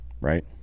Right